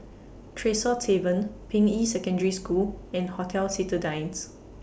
Tresor Tavern Ping Yi Secondary School and Hotel Citadines